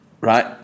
right